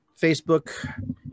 Facebook